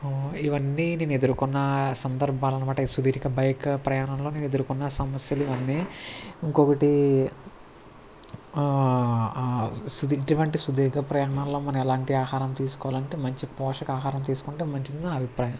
ఇవన్నీ నేను ఎదుర్కొన్న సందర్భాలు అనమాట ఈ సుదీర్ఘ బైక్ ప్రయాణంలో నేను ఎదుర్కొన్న సమస్యలు ఇవన్నీ ఇంకొకటి సుదీ ఇటువంటి సుదీర్ఘ ప్రయాణంలో మనం ఎలాంటి ఆహారం తీసుకోవాలంటే మంచి పోషక ఆహారం తీసుకుంటే మంచిది అని నా అభిప్రాయం